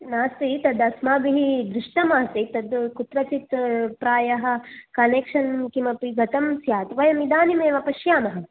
नास्ति तदस्माभिः दृष्टमासीत् तत् कुत्र चित् प्रायः कनेक्षन् किमपि गतं स्यात् वयम् इदानिमेव पश्यामः